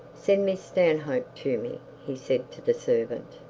send miss stanhope to me he said to the servant.